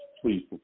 please